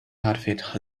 outfit